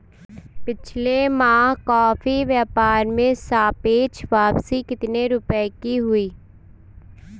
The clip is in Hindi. पिछले माह कॉफी व्यापार में सापेक्ष वापसी कितने रुपए की हुई?